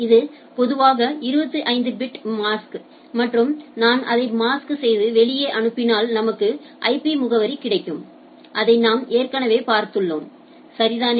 இது பொதுவாக 25 bit mask மற்றும் நான் அதை மாஸ்க் செய்து வெளியே அனுப்பினால் நமக்கு ஐபி முகவரி கிடைக்கும் அதை நாம் ஏற்கனவே பார்த்துள்ளோம் சரிதானே